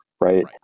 right